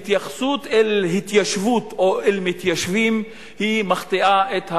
כהתייחסות אל התיישבות או אל מתיישבים מחטיאה את המטרה.